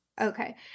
Okay